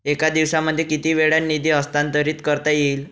एका दिवसामध्ये किती वेळा निधी हस्तांतरीत करता येईल?